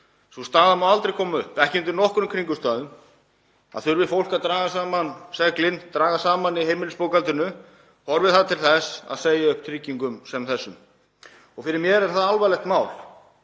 Sú staða má aldrei koma upp, ekki undir nokkrum kringumstæðum, að þurfi fólk að draga saman seglin, draga saman í heimilisbókhaldinu, horfi það til þess að segja upp tryggingum sem þessum. Fyrir mér er það alvarlegt mál